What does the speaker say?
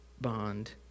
bond